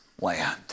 land